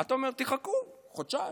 אתה אומר: תחכו חודשיים,